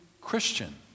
Christian